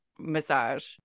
massage